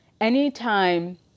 anytime